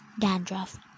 dandruff